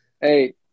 Hey